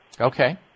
Okay